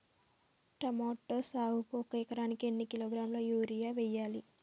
Tomato సాగుకు ఒక ఎకరానికి ఎన్ని కిలోగ్రాముల యూరియా వెయ్యాలి?